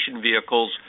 vehicles